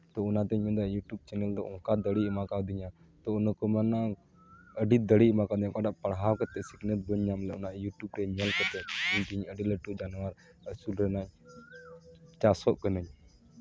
ᱛᱳ ᱚᱱᱟ ᱛᱤᱧ ᱢᱮᱱ ᱮᱫᱟ ᱤᱭᱩᱴᱩᱵᱽ ᱪᱮᱱᱮᱞ ᱫᱚ ᱚᱱᱠᱟᱱ ᱫᱟᱲᱮᱭ ᱮᱢᱟ ᱠᱟᱣᱫᱤᱧᱟ ᱛᱳ ᱚᱱᱟ ᱠᱚ ᱢᱮᱱᱟ ᱟᱹᱰᱤ ᱫᱟᱲᱮ ᱮᱢᱟ ᱠᱟᱣᱫᱤᱧᱟ ᱚᱠᱟᱴᱟᱜ ᱯᱟᱲᱦᱟᱣ ᱠᱟᱛᱮᱫ ᱥᱤᱠᱷᱱᱟᱹᱛ ᱵᱟᱹᱧ ᱧᱟᱢ ᱞᱮᱫ ᱚᱱᱟ ᱤᱭᱩᱴᱩᱵᱽ ᱨᱮ ᱧᱮᱞ ᱠᱟᱛᱮᱫ ᱤᱧ ᱛᱮᱦᱤᱧ ᱟᱹᱰᱤ ᱞᱟᱹᱴᱩ ᱡᱟᱱᱣᱟᱨ ᱟᱹᱥᱩᱞ ᱨᱮᱱᱟᱜ ᱪᱟᱥᱚᱜ ᱠᱟᱹᱱᱟᱹᱧ